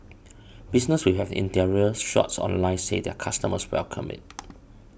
businesses which have their interior shots online said their customers welcome it